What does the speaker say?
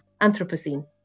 anthropocene